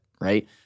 right